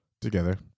together